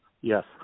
Yes